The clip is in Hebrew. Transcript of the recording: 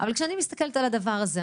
אבל כשאני מסתכלת על הדבר הזה,